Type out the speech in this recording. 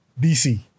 DC